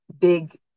big